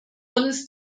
uns